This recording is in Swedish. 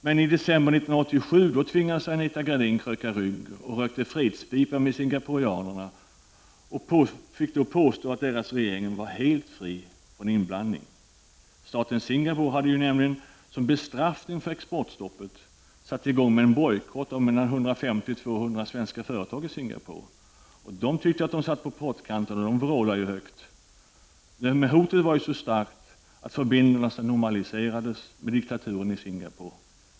Men i december 1987 tvingades Anita Gradin kröka rygg och röka fredspipa med singaporianerna och fick påstå att deras regering var helt fri från inblandning. Staten Singapore hade nämligen som bestraffning för exportstoppet satt i gång med bojkott av 150-200 svenska företag i Singapore. De tyckte att de satt på pottkanten och vrålade högt. Hotet var så starkt att förbindelserna normaliserades med diktaturen i Singapore.